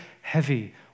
heavy